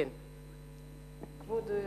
כבוד היושבת-ראש,